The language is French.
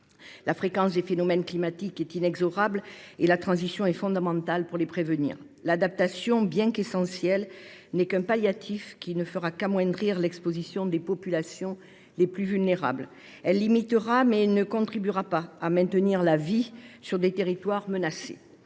La fréquence des phénomènes climatiques étant inexorable, la transition est fondamentale pour les prévenir. L’adaptation, bien qu’essentielle, est un palliatif qui ne fera qu’amoindrir l’exposition des populations les plus vulnérables. Certes, elle limitera les dégâts, mais elle ne contribuera pas à maintenir la vie sur des territoires menacés.